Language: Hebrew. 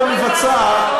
למה זה קשור.